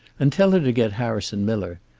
and tell her to get harrison miller.